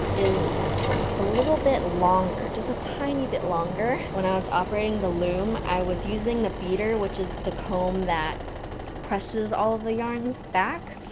is a little bit longer, just a tiny bit longer. when i was operating the loom, i was using the beater, which is the comb that presses all the yarns back,